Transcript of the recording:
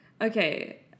Okay